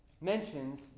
mentions